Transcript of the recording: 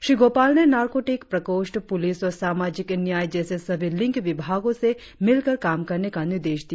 श्री गोपाल ने नार्कोटीक प्रकोष्ठ पुलिस और सामाजिक न्याय जैसे सभी लिंक विभागों से मिलकर काम करने का निर्देश दिया